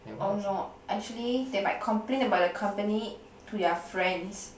orh no actually they might complain about the company to their friends